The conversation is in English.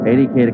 80K